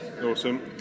Awesome